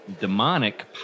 demonic